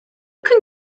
can